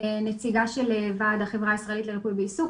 נציגה של ועד החברה הישראלית לריפוי בעיסוק.